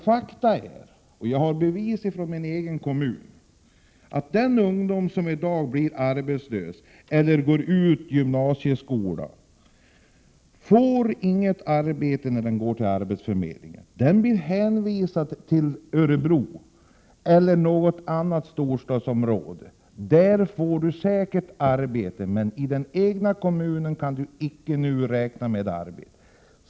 Fakta är ju, och jag har bevis från min egen kommun, att de ungdomar som i dag blir arbetslösa eller går ut gymnasieskolan inte får något arbete när de går till arbetsförmedlingen. De blir hänvisade till Örebro eller något annat storstadsområde. Där får de säkert arbete, men i den egna kommunen kan de inte räkna med arbete.